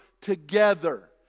together